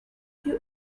you